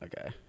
Okay